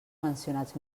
mencionats